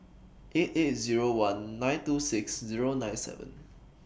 eight eight Zero one nine two six Zero nine seven